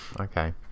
Okay